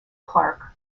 clarke